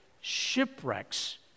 shipwrecks